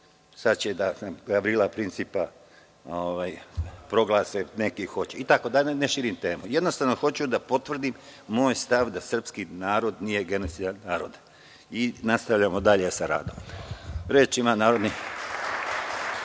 sada će da Gavrila Principa proglase, neki hoće, itd, da ne širim temu. Jednostavno, hoću da potvrdim moj stav, da srpski narod nije genocidan narod. Nastavljamo dalje sa radom. Reč ima narodni